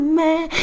man